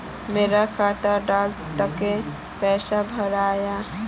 मोर खाता डात कत्ते पैसा बढ़ियाहा?